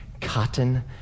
Cotton